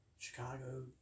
Chicago